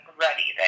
ready